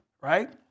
right